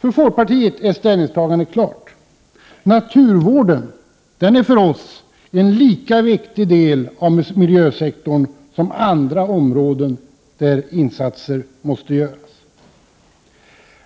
För folkpartiet är ställningstagandet klart: Naturvården är en lika viktig del av miljösektorn som andra områden där insatser måste göras.